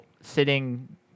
sitting